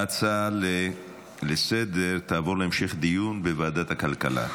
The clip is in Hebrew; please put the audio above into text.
ההצעה לסדר-היום תעבור להמשך דיון בוועדת הכלכלה.